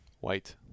White